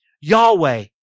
Yahweh